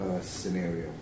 scenario